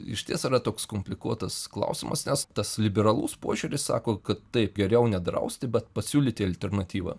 išties yra toks komplikuotas klausimas nes tas liberalus požiūris sako kad taip geriau nedrausti bet pasiūlyti alternatyvą